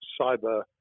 cyber